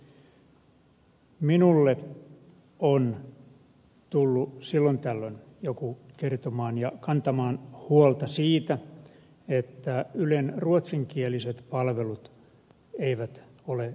minulle on tullut silloin tällöin joku kertomaan ja kantamaan huolta siitä että ylen ruotsinkieliset palvelut eivät ole tyydyttävällä tasolla